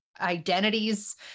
identities